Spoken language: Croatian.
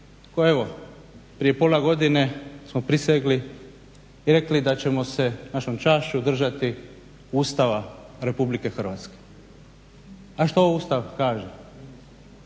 evo prije pola godine smo prisegli i rekli da ćemo se našom čašću držati Ustava RH. A što Ustav kaže?